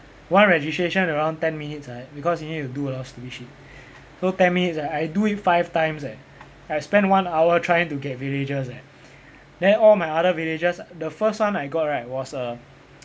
one registration around ten minutes like that because you need do a lot of stupid shit so ten minutes right I do it five times eh I spent one hour trying to get villagers eh then all my other villagers the first one I got right was a